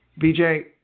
BJ